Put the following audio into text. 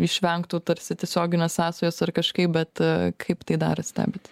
išvengtų tarsi tiesioginės sąsajos ar kažkaip bet kaip tai dar stebit